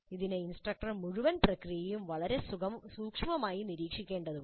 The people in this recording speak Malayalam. ഇതിന് ഇൻസ്ട്രക്ടർ മുഴുവൻ പ്രക്രിയയും വളരെ സൂക്ഷ്മമായി നിരീക്ഷിക്കേണ്ടതുണ്ട്